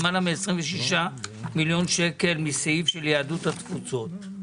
למעלה מ-26 מיליון שקלים מסעיף של יהדות התפוצות.